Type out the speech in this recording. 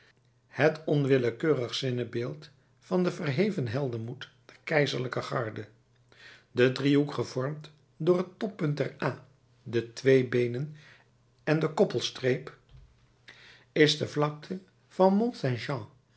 het onwillekeurig zinnebeeld van den verheven heldenmoed der keizerlijke garde de driehoek gevormd door het toppunt der a de twee beenen en de koppelstreep is de vlakte van